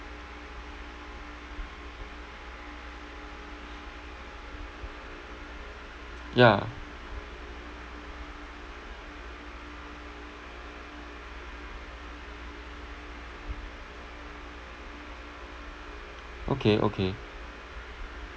yeah okay okay